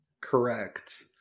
Correct